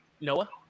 Noah